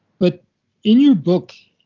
but in your book